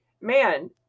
man